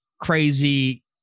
crazy